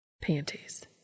Panties